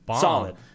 solid